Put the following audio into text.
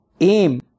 AIM